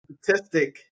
statistic